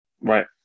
Right